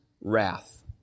wrath